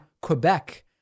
Quebec